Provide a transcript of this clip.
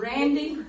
Randy